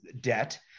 debt